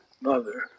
mother